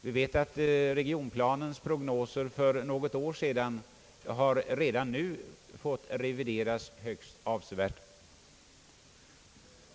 Vi vet ju att de regionplaneprognoser som gjordes upp för något år sedan redan nu har fått revideras högst avsevärt.